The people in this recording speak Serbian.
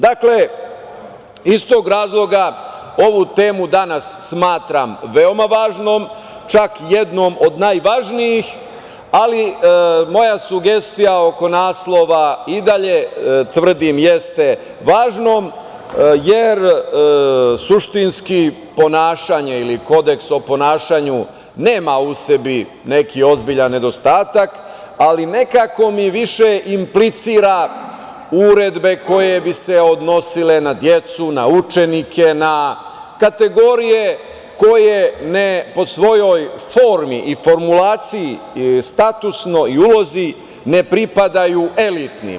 Dakle, iz tog razloga ovu temu danas smatram veoma važnom, čak jednom od najvažnijih, ali moja sugestija oko naslova i dalje tvrdim, jeste važna, jer suštinski ponašanje ili kodeks o ponašanju nema u sebi neki ozbiljan nedostatak, ali nekako mi više implicira uredbe koje bi se odnosile na decu, na učenike, na kategorije koje ne po svojoj formi i formulaciji, statusnoj ulozi ne pripadaju elitnim.